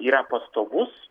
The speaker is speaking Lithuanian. yra pastovus